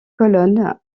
colonnes